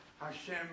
Hashem